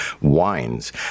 wines